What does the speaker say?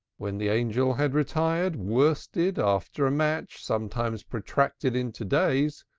when the angel had retired, worsted, after a match sometimes protracted into days,